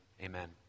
amen